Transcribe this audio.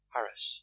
Harris